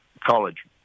college